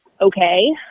okay